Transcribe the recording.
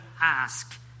ask